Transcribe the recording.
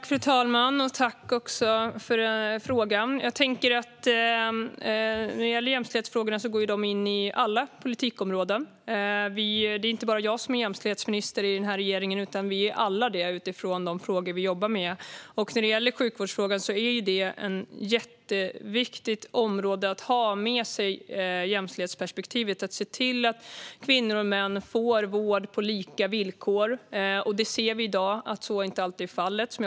Fru talman! Tack för frågan! Jämställdhetsfrågorna går in i alla politikområden. Det är inte bara jag som är jämställdhetsminister i regeringen utan vi är alla det utifrån de frågor vi jobbar med. Sjukvårdsfrågorna är ett jätteviktigt område när det gäller att ha med sig jämställdhetsperspektivet. Det gäller att se till att kvinnor och män får vård på lika villkor. Vi ser i dag att så inte alltid är fallet.